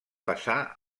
passà